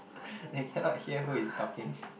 I cannot hear who is talking